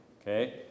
Okay